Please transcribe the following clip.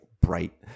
bright